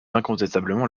incontestablement